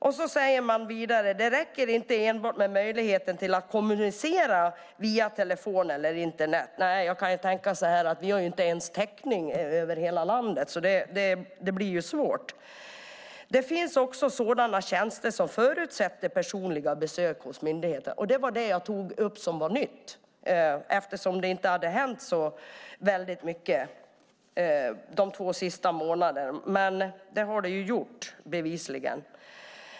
Vidare säger man att det inte enbart räcker med möjligheten att kommunicera via telefon eller Internet. Nej, och vi har inte ens täckning över hela landet. Det blir ju svårt. Det finns också sådana tjänster som förutsätter personliga besök hos myndigheter. Det var det nya som jag tog upp eftersom det inte har hänt så väldigt mycket de två senaste månaderna, men det har det bevisligen gjort.